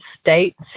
states